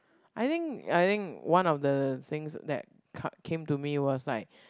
I think I think one of the things that come came to me was like